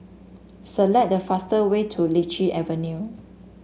select the fast way to Lichi Avenue